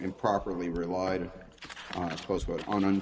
improperly relied on